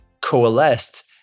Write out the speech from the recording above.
coalesced